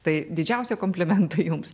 tai didžiausi komplimentai jums